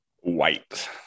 White